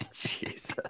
Jesus